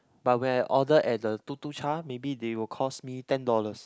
but when I order at the Tuk-Tuk-Cha maybe they will cost me ten dollars